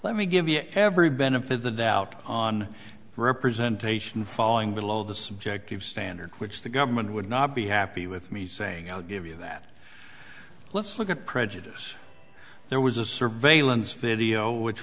let me give you every benefit of the doubt on representation falling below the subjective standard which the government would not be happy with me saying i'll give you that let's look at prejudice there was a surveillance video which